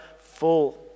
full